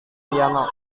piano